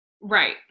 right